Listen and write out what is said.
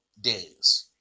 days